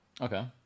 Okay